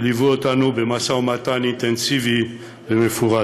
שליוו אותנו במשא-ומתן אינטנסיבי ומפורט.